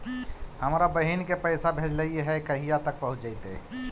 हमरा बहिन के पैसा भेजेलियै है कहिया तक पहुँच जैतै?